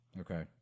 Okay